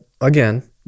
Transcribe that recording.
again